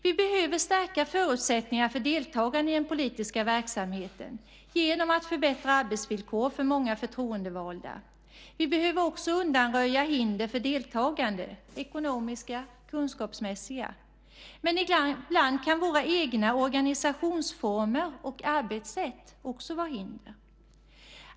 Vi behöver stärka förutsättningarna för deltagande i den politiska verksamheten genom att förbättra arbetsvillkoren för många förtroendevalda. Vi behöver också undanröja hinder för deltagande. Det kan vara ekonomiska eller kunskapsmässiga. Men ibland kan våra egna organisationsformer och arbetssätt också vara hinder.